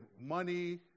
money